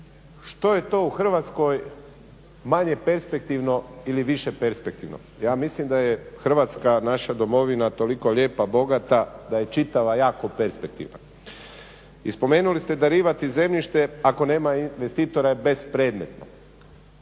Što je to u Hrvatskoj manje perspektivno ili više perspektivno? Ja mislim da je Hrvatska naša Domovina toliko lijepa, bogata, da je čitava jako perspektivna. I spomenuli ste darivati zemljište ako nema investitora je bespredmetno.